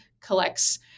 collects